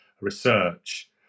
research